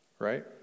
Right